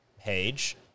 page